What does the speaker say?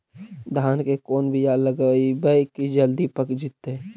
धान के कोन बियाह लगइबै की जल्दी पक जितै?